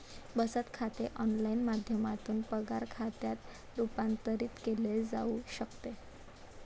बचत खाते ऑनलाइन माध्यमातून पगार खात्यात रूपांतरित केले जाऊ शकते